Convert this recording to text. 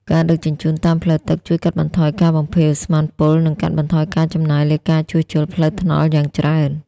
ការដឹកជញ្ជូនតាមផ្លូវទឹកជួយកាត់បន្ថយការបំភាយឧស្ម័នពុល និងកាត់បន្ថយការចំណាយលើការជួសជុលផ្លូវថ្នល់យ៉ាងច្រើន។